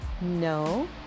no